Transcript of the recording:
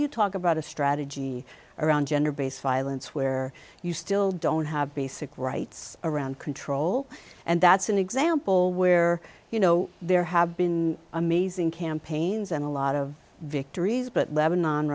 you talk about a strategy around gender based violence where you still don't have basic rights around control and that's an example where you know there have been amazing campaigns and a lot of victories but lebanon